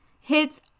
hits